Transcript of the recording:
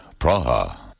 Praha